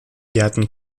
gärten